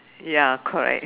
ya correct